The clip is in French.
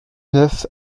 neuf